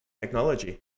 technology